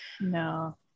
No